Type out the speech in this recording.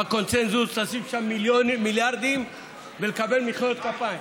בקונסנזוס, לשים שם מיליארדים ולקבל מחיאות כפיים.